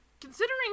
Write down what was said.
Considering